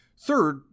Third